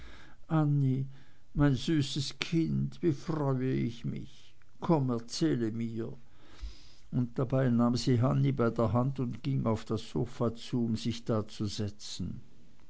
mein süßes kind wie freue ich mich komm erzähle mir und dabei nahm sie annie bei der hand und ging auf das sofa zu um sich da zu setzen